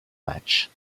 matches